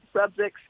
subjects